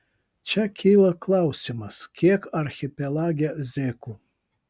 čia kyla klausimas kiek archipelage zekų